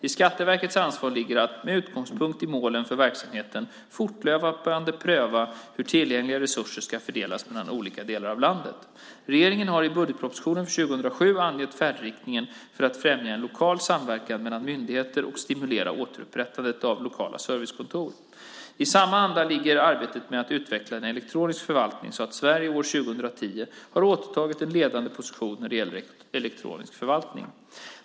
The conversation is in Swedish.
I Skatteverkets ansvar ligger att, med utgångspunkt i målen för verksamheten, fortlöpande pröva hur tillgängliga resurser ska fördelas mellan olika delar av landet. Regeringen har i budgetpropositionen för 2007 angett färdriktningen för att främja en lokal samverkan mellan myndigheter och stimulera upprättandet av lokala servicekontor. I samma anda ligger arbetet med att utveckla en elektronisk förvaltning så att Sverige år 2010 har återtagit en ledande position när det gäller elektronisk förvaltning.